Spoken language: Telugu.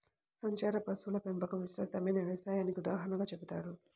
సంచార పశువుల పెంపకం విస్తృతమైన వ్యవసాయానికి ఉదాహరణగా చెబుతారు